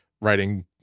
writing